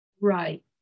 Right